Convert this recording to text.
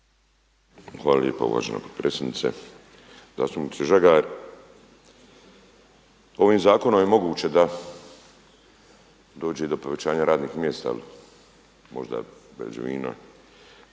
Hvala lijepa uvažena potpredsjednice. Zastupniče Žagar, ovim zakonom je moguće da dođe i do povećanja radnih mjesta, možda građevina,